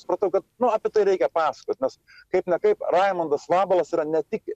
supratau kad apie tai reikia pasakot nes kaip ne kaip raimundas vabalas yra ne tik